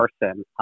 person